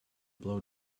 blow